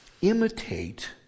imitate